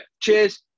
Cheers